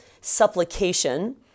Supplication